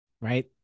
right